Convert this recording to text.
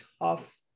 tough